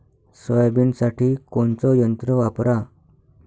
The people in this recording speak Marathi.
सोयाबीनसाठी कोनचं यंत्र वापरा?